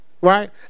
right